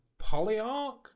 Polyarch